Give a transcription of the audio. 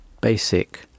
basic